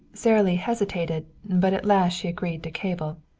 sara lee hesitated, but at last she agreed to cable.